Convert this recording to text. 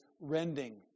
rending